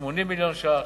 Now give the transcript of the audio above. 80 מיליון ש"ח.